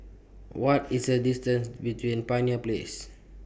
What IS The distance between Pioneer Place